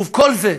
ובכל זה,